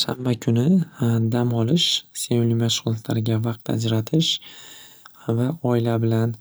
Shanba kuni dam olish sevimli mashg'ulotlarga vaqt ajratish va oila bilan